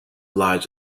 lives